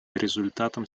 результатом